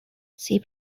see